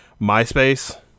MySpace